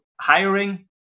hiring